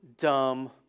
dumb